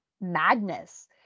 madness